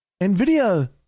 NVIDIA